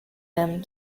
them